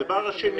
הדבר השני,